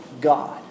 God